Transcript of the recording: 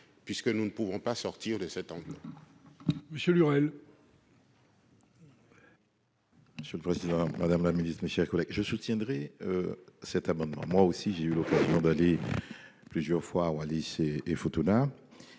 puisque nous ne pouvons pas sortir de cette